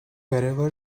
wherever